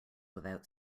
without